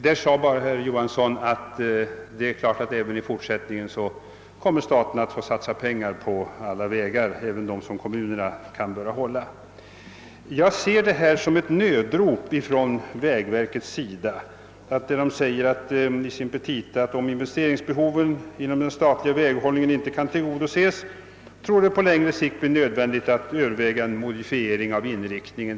Herr Johansson sade att staten självfallet även i fortsättningen kommer att få satsa pengar på alla allmänna vägar, också de som kommunerna skall hålla. Jag ser detta perspektiv som ett nödrop från vägverket. Man skriver i sina petita att om investeringsbehovet inom den statliga väghållningen inte kan tillgodoses, torde det på längre sikt bli nödvändigt att överväga en modifiering av inriktningen.